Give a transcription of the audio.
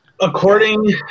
According